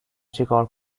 چیکار